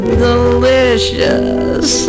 delicious